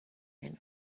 and